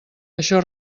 això